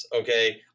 okay